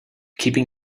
keeping